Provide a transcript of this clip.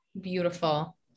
Beautiful